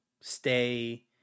stay